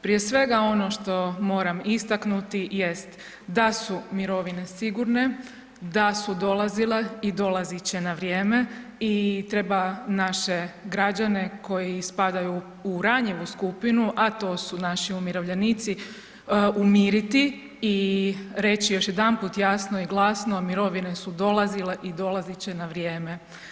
Prije svega ono što moram istaknuti jest da su mirovine sigurne, da su dolazile i dolazit će na vrijeme i treba naše građane koji spadaju u ranjivu skupinu, a to su naši umirovljenici, umiriti i reći još jedanput jasno i glasno, mirovine su dolazile i dolazit će na vrijeme.